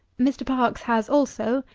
mr. parkes has, also,